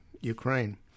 Ukraine